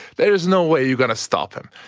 there is no way you're going to stop them.